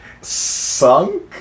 Sunk